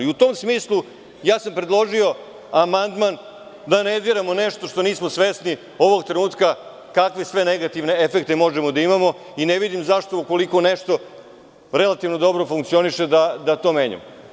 U tom smislu ja sam predložio amandman da ne diramo nešto što nismo svesni ovog trenutka kakve sve negativne efekte možemo da imamo i ne vidim zašto, ukoliko nešto relativno dobro funkcioniše da to menjamo.